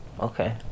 okay